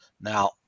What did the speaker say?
Now